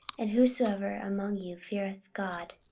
and whosoever among you feareth god,